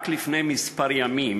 רק לפני כמה ימים